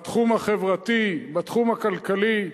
בתחום החברתי, בתחום הכלכלי.